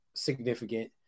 significant